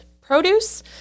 produce